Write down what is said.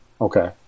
okay